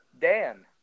Dan